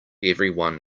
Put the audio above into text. everyone